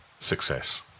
success